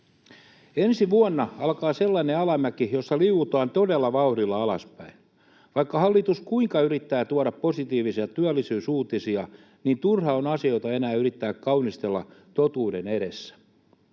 Ensi vuonna alkaa sellainen alamäki, jossa liu’utaan todella vauhdilla alaspäin. Vaikka hallitus kuinka yrittää tuoda positiivisia työllisyysuutisia, niin turha on asioita enää yrittää kaunistella totuuden edessä.